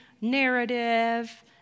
narrative